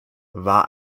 war